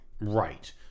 Right